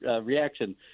reaction